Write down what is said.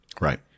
Right